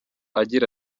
agira